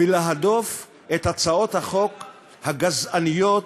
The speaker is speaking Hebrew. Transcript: בלהדוף את הצעות החוק הגזעניות